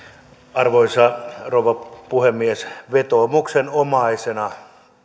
arvoisa rouva puhemies vetoomuksenomaisena